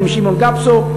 זה עם שמעון גפסו,